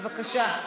בבקשה.